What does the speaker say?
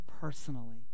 personally